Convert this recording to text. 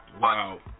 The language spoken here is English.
Wow